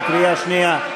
בקריאה שנייה.